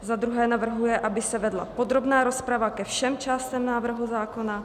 Za druhé navrhuje, aby se vedla podrobná rozprava ke všem částem návrhu zákona.